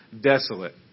desolate